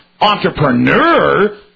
entrepreneur